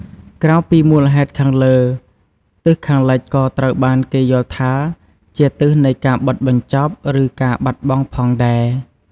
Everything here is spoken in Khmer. ក្រៅពីមូលហេតុខាងលើ ទិសខាងលិចក៏ត្រូវបានគេយល់ថាជាទិសនៃការបិទបញ្ចប់ ឬការបាត់បង់ផងដែរ។